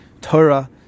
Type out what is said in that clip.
Torah